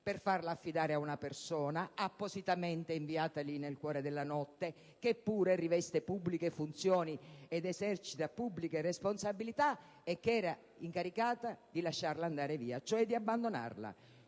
per affidarla ad una persona appositamente inviata lì, nel cuore della notte, che pure riveste pubbliche funzioni ed esercita pubbliche responsabilità, e che era incaricata di lasciarla andare via, cioè di abbandonarla,